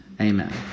Amen